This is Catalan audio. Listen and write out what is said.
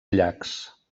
llacs